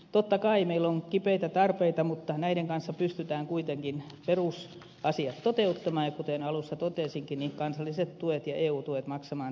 totta kai meillä on kipeitä tarpeita mutta näiden kanssa pystytään kuitenkin perusasiat toteuttamaan ja kuten alussa totesinkin kansalliset tuet ja eu tuet maksamaan täysimääräisinä